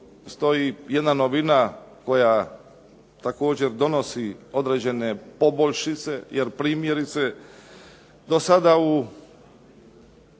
stoji jedna novina koja također donosi određene poboljšice, jer primjerice do sada u